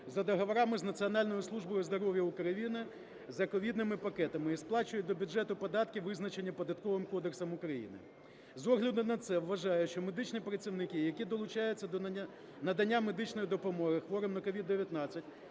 за договорами з Національною службою здоров'я України за ковідними пакетами і сплачують до бюджету податки, визначені Податковим кодексом України. З огляду на це вважаю, що медичні працівники, які долучаються до надання медичної допомоги хворим на COVID-19,